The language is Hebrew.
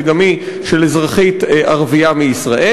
וגם היא של אזרחית ערבייה מישראל.